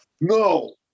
no